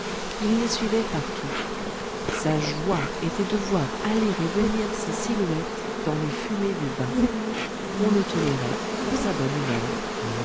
il les suivait partout sa joie était de voir aller et venir ces silhouettes dans les fumées du vin on le tolérait pour sa bonne humeur